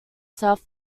south